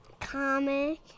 comic